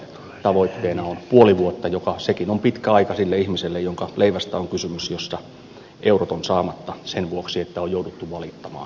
tavoitteena on puoli vuotta joka sekin on pitkä aika sille ihmiselle jonka leivästä on kysymys jolla eurot ovat saamatta sen vuoksi että on jouduttu valittamaan asiasta